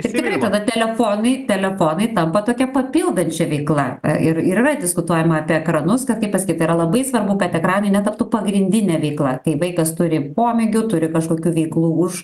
tikrai tada telefonai telefonai tampa tokia papildančia veikla ir yra diskutuojama apie ekranus kad kaip pasakyt yra labai svarbu kad ekranai netaptų pagrindinė veikla kai vaikas turi pomėgių turi kažkokių veiklų už